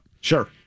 Sure